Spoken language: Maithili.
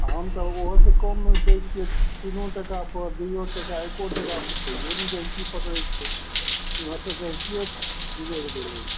आओर हम तऽ ओहोसे कममे दै छिए तीनो टकापर दुइओ टका एको टकापर तैओ नहि गहिकी पकड़ै छै इहाँसे गहिकिए बिगड़ि गेलै